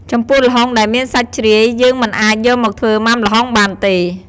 ចំពោះល្ហុងដែលមានសាច់ជ្រាយ យើងមិនអាចយកមកធ្វើមុាំល្ហុងបានទេ។